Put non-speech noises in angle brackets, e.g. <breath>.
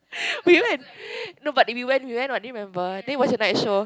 <breath> we went no but we went we went [what] did you remember then it was a night show